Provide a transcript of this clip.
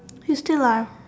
it's still last